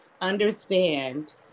understand